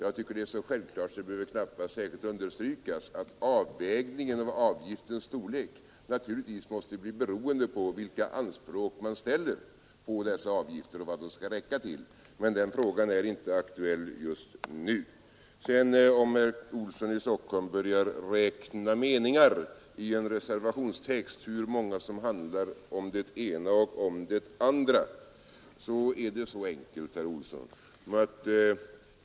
Jag tycker det är så självklart att det knappast behöver särskilt understrykas att avvägningen av avgifternas storlek naturligtvis måste bli beroende på vilka anspråk man ställer på dessa avgifter och vad de skall räcka till. Men den frågan är inte aktuell just nu. Om herr Olsson i Stockholm börjar räkna meningar i en reservationstext — hur många som handlar om det ena och om det andra — är det mycket enkelt, herr Olsson.